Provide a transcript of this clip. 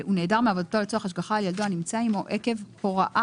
"הוא נעדר מעבודתו לצורך השגחה על ילדו הנמצא עימו עקב הוראה